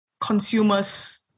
consumers